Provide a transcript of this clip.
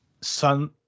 sun